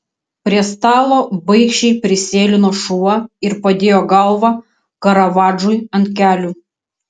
prie stalo baikščiai prisėlino šuo ir padėjo galvą karavadžui ant kelių